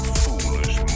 foolish